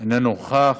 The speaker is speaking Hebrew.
אינו נוכח.